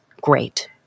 great